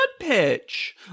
pitch